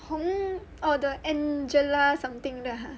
洪 orh the angela something 的 !huh!